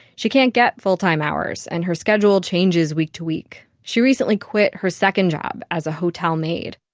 she can't get full-time hours, and her schedule changes week-to-week she recently quit her second job as a hotel maid.